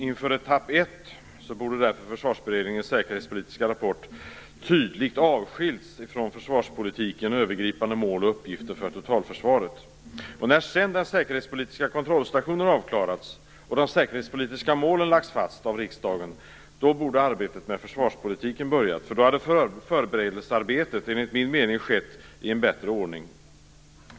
Inför etapp 1 borde därför Försvarsberedningens säkerhetspolitiska rapport tydligt avskilts från Försvarspolitiken, övergripande mål och uppgifter för totalförsvaret. När sedan den säkerhetspolitiska kontrollstationen avklarats och de säkerhetspolitiska målen lagts fast av riksdagen borde arbetet med försvarspolitiken ha börjat. Då hade förberedelsearbetet, enligt min mening, skett i en bättre ordning.